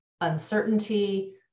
uncertainty